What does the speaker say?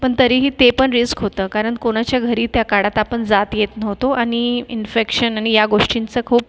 पण तरीही ते पण रिस्क होतं कारण कोणाच्या घरी त्या काळात आपण जातयेत नव्हतो आणि इन्फेक्शन आणि ह्या गोष्टींचं खूप